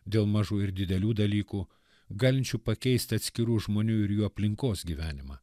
dėl mažų ir didelių dalykų galinčių pakeisti atskirų žmonių ir jų aplinkos gyvenimą